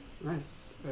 Nice